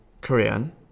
Korean